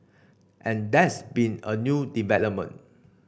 and there's been a new development